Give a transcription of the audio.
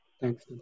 Thanks